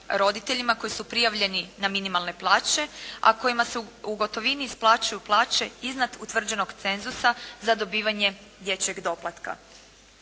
koji su prijavljeni na minimalne plaće a kojima se u gotovini isplaćuju plaće iznad utvrđenog cenzusa za dobivanje dječjeg doplatka.